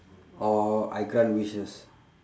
or I grant wishes